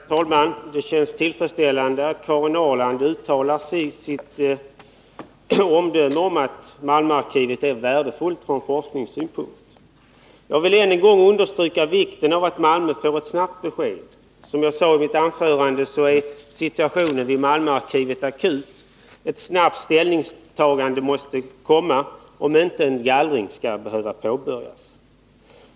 Herr talman! Det känns tillfredsställande att Karin Ahrland uttalar att Malmöarkivet är värdefullt ur forskningssynpunkt. Jag vill understryka vikten av att Malmö får ett snabbt besked. Som jag sade är situationen vid Malmöarkivet akut. Ett snabbt ställningstagande måste komma, om inte en gallring skall behöva påbörjas.